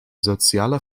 soziale